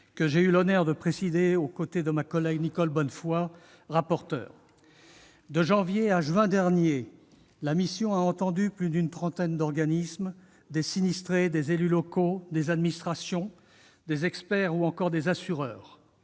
que j'ai eu l'honneur de présider et dont ma collègue Nicole Bonnefoy a été la rapporteure. De janvier à juin derniers, la mission a entendu plus d'une trentaine de représentants d'organismes, des sinistrés, des élus locaux, des administrations, des experts ou encore des assureurs.